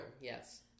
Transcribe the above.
yes